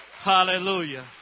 Hallelujah